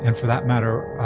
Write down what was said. and for that matter,